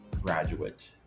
graduate